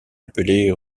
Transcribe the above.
appelée